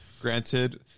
granted